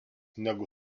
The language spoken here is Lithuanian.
negu